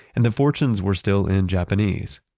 and the fortunes were still in japanese.